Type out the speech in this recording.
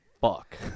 Fuck